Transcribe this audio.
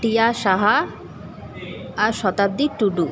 টিয়া সাহা আর শতাব্দী টুডু